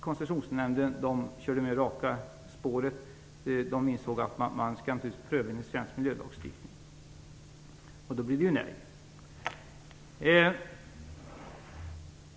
Koncessionsnämnden körde raka spåret och insåg att man naturligtvis skulle pröva ärendet enligt svensk miljölagstiftning. Då skulle det ju bli nej.